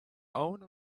own